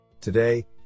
Today